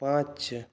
पाँच